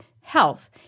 health